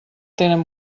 tenen